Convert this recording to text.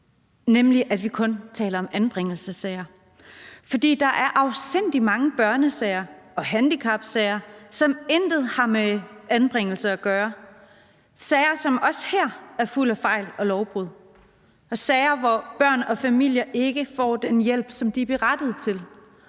samme fokus og kun taler om anbringelsessager. For der er afsindig mange børnesager og handicapsager, som intet har med anbringelse at gøre – sager, som også er fulde af fejl og lovbrud, sager, hvor børn og familier ikke får den hjælp, som de er berettiget til.